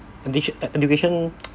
education education